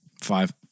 Five